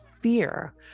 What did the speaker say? fear